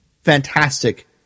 fantastic